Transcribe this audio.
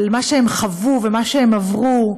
על מה שהם חוו ומה שהם עברו,